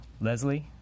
Leslie